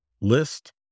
list